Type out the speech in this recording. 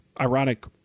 Ironic